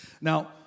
Now